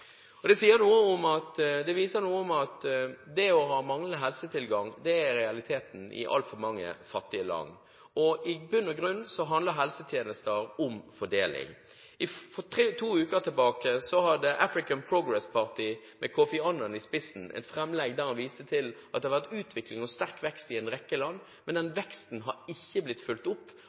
Det viser noe om at det å ha manglende helsetilgang er realiteten i altfor mange fattige land. I bunn og grunn handler helsetjenester om fordeling. For to uker tilbake hadde African Progress Party, med Kofi Annan i spissen, et framlegg der man viste til at det har vært utvikling og sterk vekst i en rekke land, men veksten har ikke blitt fulgt opp